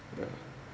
ya